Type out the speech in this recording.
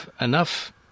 enough